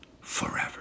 forever